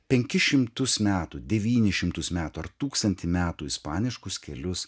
penkis šimtus metų devynis šimtus metų ar tūkstantį metų ispaniškus kelius